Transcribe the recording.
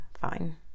fine